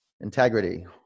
integrity